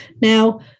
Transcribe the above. Now